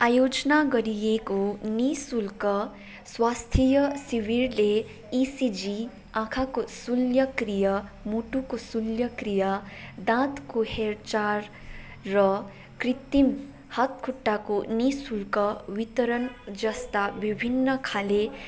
आयोजना गरिएको निःशुल्क स्वास्थ्य शिविरले इसिजी आँखाको शल्यक्रिया मुटुको शल्यक्रिया दाँतको हेरचाह र कृत्रिम हात खुट्टाको निःशुल्क वितरण जस्ता विभिन्न खाले